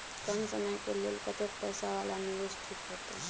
कम समय के लेल कतेक पैसा वाला निवेश ठीक होते?